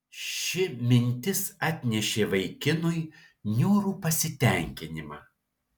ši mintis atnešė vaikinui niūrų pasitenkinimą